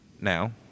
now